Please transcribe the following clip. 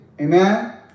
Amen